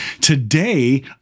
Today